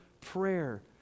prayer